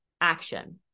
action